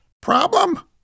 Problem